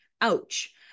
Ouch